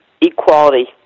equality